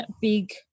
big